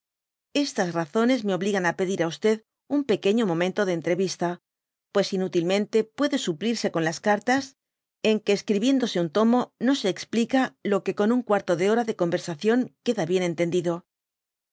estas razones me obligan á pedir á un pequeño momento de entreyista pues inútilmente puede suplirse con las cartas en que escribiéndose un tomo no se explica lo que con un cuarto de hora de conyersacion queda bien entendido